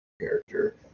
character